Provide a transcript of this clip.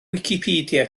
wicipedia